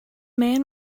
man